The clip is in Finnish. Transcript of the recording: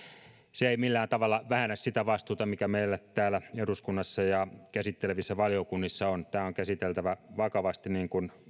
se ei millään tavalla vähennä sitä vastuuta mikä meillä täällä eduskunnassa ja käsittelevissä valiokunnissa on tämä on käsiteltävä vakavasti niin kuin